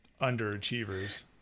underachievers